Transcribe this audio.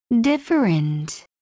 Different